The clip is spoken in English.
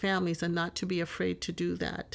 families and not to be afraid to do that